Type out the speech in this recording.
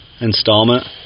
installment